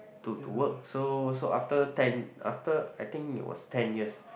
to to work so so after ten after I think it was ten years